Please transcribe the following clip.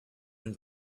and